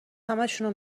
همشونو